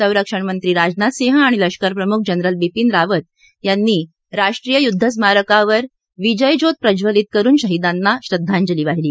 संरक्षणमंत्री राजनाथ सिंह आणि लष्करप्रमुख जनरल बिपिन राव यांनी राष्ट्रीय युद्ध स्मारकावर विजय ज्योत प्रज्वलित करुन शहीदांना श्रद्धांजली वाहिली